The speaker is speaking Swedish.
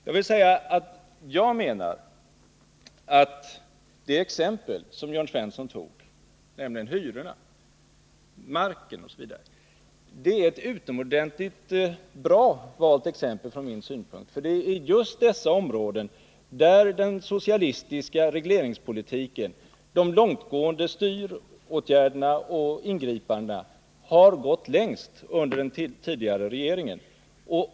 Jag vill säga att det exempel som Jörn Svensson tog, nämligen hyrorna, marken osv., är utomordentligt bra valt från min synpunkt sett, eftersom det är just på dessa områden som den socialistiska regleringspolitiken, de långtgående styråtgärderna och ingripandena har gått längst under den tidigare regeringens tid.